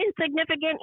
insignificant